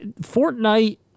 Fortnite